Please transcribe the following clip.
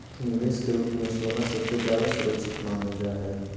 निवेश के रूप मे सोना सबसे ज्यादा सुरक्षित मानल जा हय